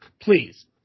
please